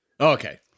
Okay